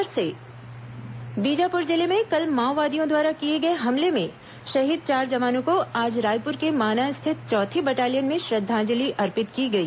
जवान श्रद्धांजलि बीजापुर जिले में कल माओवादियों द्वारा किए गए हमले में शहीद चार जवानों को आज रायपुर के माना स्थित चौथी बटालियन में श्रद्वांजलि अर्पित की गई